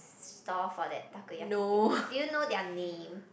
stall for that takoyaki thing do you know their name